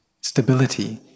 stability